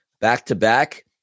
back-to-back